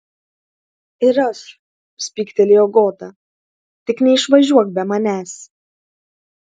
ir aš spygtelėjo goda tik neišvažiuok be manęs